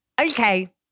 Okay